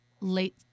late-